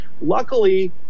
Luckily